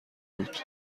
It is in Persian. بود